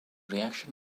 reaction